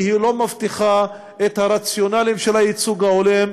כי היא לא מבטיחה את הרציונלים של הייצוג ההולם,